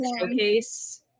showcase